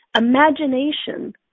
imagination